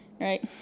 right